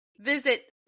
visit